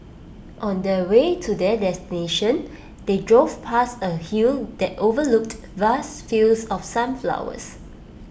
on the way to their destination they drove past A hill that overlooked vast fields of sunflowers